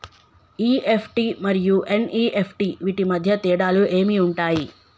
EFT మరియు NEFT వీటి మధ్య తేడాలు ఏమి ఉంటాయి?